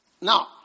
Now